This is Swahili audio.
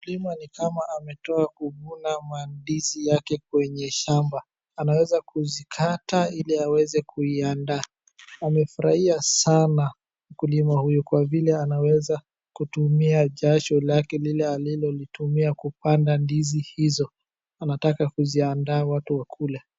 Mkulima ni kama ametoa kuvuna mandizi yake kwenye shamba. Anaweza kuzikata ili aweze kuiandaa. Amefurahia sana mkulima huyo kwa vile anaweza kutumia jasho lake lile alilolitumia kupanda ndizi hizo. Anataka kuziandaa watu wakule.